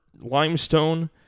Limestone